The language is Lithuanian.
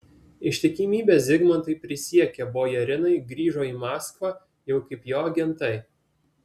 ištikimybę zigmantui prisiekę bojarinai grįžo į maskvą jau kaip jo agentai